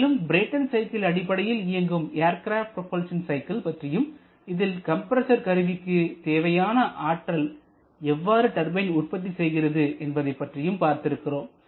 மேலும் Brayton cycle அடிப்படையில் இயங்கும் ஏர்க்ரப்ட் ப்ரொபல்சன் சைக்கிள் பற்றியும் இதில் கம்ப்ரஸர் கருவிக்கு தேவையான ஆற்றலை எவ்வாறு டர்பைன் உற்பத்தி செய்கிறது என்பதைப் பற்றியும் பார்த்து இருக்கிறோம்